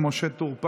למה?